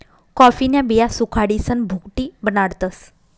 कॉफीन्या बिया सुखाडीसन भुकटी बनाडतस